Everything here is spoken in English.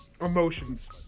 Emotions